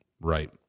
right